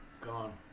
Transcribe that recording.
Gone